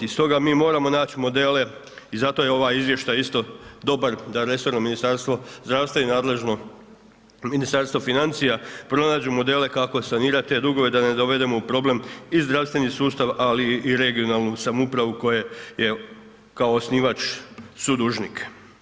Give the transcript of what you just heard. Stoga mi moramo naći modele i zato je ovaj izvještaj isto dobar da resorno ministarstvo zdravstvo i nadležno Ministarstvo financija pronađu modele kako sanirati te dugove da ne dovedemo u problem i zdravstveni sustav ali i regionalnu samoupravu koja je kao osnivač sudužnik.